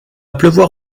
pleuvoir